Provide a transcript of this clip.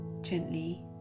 gently